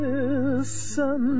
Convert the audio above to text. Listen